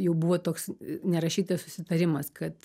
jau buvo toks nerašytas susitarimas kad